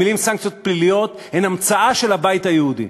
המילים "סנקציות פליליות" הן המצאה של הבית היהודי,